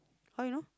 how you know